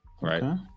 right